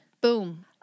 Boom